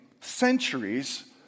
centuries